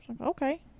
Okay